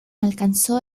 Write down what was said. alcanzó